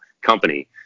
company